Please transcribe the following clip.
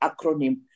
acronym